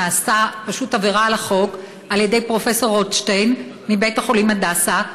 נעשתה פשוט עבירה על החוק על ידי פרופ' רוטשטיין מבית החולים הדסה,